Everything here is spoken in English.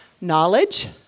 knowledge